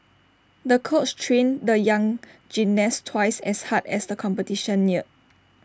the coach trained the young gymnast twice as hard as the competition neared